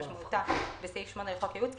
כמשמעותה בסעיף 8 לחוק הייעוץ,